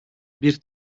bir